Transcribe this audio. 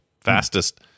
fastest